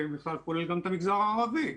זה בכלל כולל גם את המגזר הערבי,